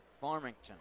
Farmington